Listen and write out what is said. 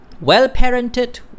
well-parented